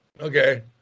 Okay